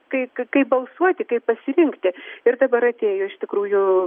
kai kaip balsuoti kaip balsuoti kaip pasirinkti ir dabar atėjo tikrųjų